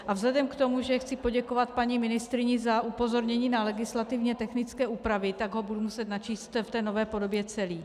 A vzhledem k tomu, že chci poděkovat paní ministryni za upozornění na legislativně technické úpravy, tak ho budu muset načíst v té nové podobě celý.